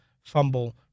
fumble